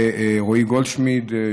ורועי וגולדשמידט,